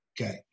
Okay